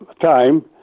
time